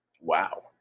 Wow